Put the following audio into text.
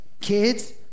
kids